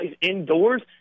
indoors